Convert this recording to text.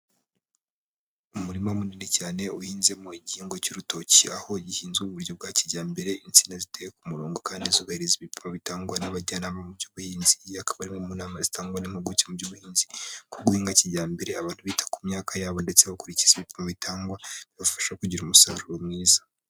Umurima munini cyane, uhinzemo igihingwa cy'urutoki, aho gihinzwe mu buryo bwa kijyambere, insina ziteye ku murongo, kandi zubahiririza ibipimo bitangwa n'abajyanama mu by'ubuhinzi, iyi akaba ari imwe mu nama zitangwa n'impuguke mu by'ubuhinzi, ko guhinga kijyambere abantu bita ku myaka yabo, ndetse bakurikiza ibipimo bitangwa, bibafasha kugira umusaruro mwiza.